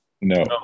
no